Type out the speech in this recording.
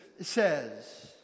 says